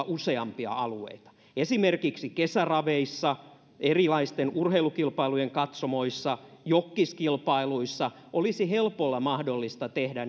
useampia alueita esimerkiksi kesäraveissa erilaisten urheilukilpailujen katsomoissa tai jokkiskilpailuissa olisi helpolla mahdollista tehdä